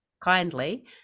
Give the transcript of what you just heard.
kindly